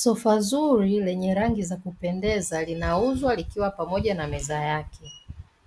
Sofa zuri lenye rangi za kupendeza ,linauzwa likiwa pamoja na meza yake.